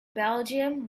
belgium